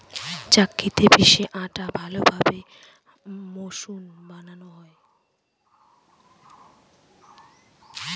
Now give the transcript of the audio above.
চাক্কিতে পিষে আটা ভালোভাবে মসৃন বানানো হয়